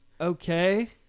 okay